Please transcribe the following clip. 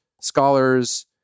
scholars